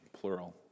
plural